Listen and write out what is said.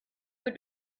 wird